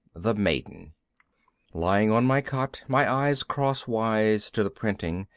the maiden lying on my cot, my eyes crosswise to the printing,